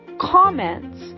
comments